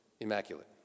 immaculate